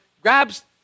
grabs